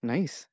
Nice